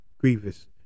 grievous